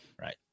Right